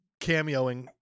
cameoing